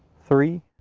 three.